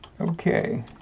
Okay